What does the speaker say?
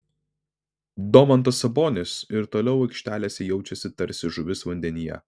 domantas sabonis ir toliau aikštelėse jaučiasi tarsi žuvis vandenyje